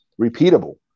repeatable